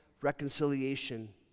reconciliation